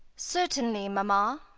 certainly, mamma.